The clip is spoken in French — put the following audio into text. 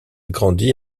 grandi